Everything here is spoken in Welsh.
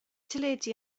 teledu